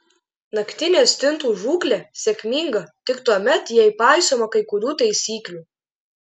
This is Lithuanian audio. naktinė stintų žūklė sėkminga tik tuomet jei paisoma kai kurių taisyklių